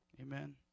Amen